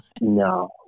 no